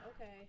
okay